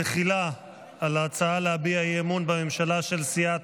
תחילה על ההצעה להביע אי-אמון בממשלה של סיעת